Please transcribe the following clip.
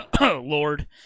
Lord